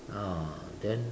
ah then